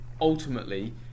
Ultimately